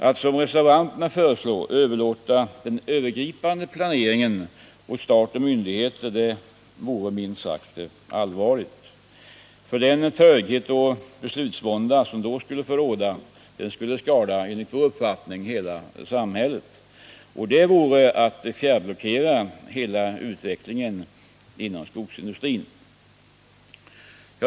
Att som reservanterna föreslår överlåta den övergripande planeringen åt stat och myndigheter vore minst sagt allvarligt. Den tröghet och beslutsvånda som då skulle råda skulle enligt vår uppfattning skada hela samhället. Det vore att fjärrblockera hela utvecklingen inom skogsindustrin.